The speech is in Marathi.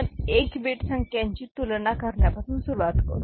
आपण एक बीट संख्यांची तुलना करण्यापासून सुरुवात करू